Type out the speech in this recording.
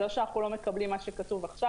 זה לא שאנחנו לא מקבלים את מה שכתוב עכשיו,